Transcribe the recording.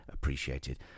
appreciated